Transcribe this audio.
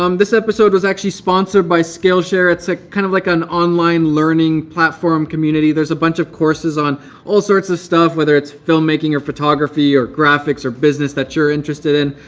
um this episode was actually sponsored by skillshare, it's ah kind of like an online learning platform-community. there's a bunch of courses on all sorts of stuff, whether it's filmmaking, or photography, or graphics, or business that you're interested in.